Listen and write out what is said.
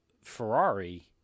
Ferrari